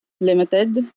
limited